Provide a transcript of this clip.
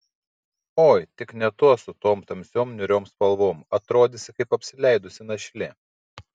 oi tik ne tuos su tom tamsiom niūriom spalvom atrodysi kaip apsileidusi našlė